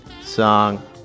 song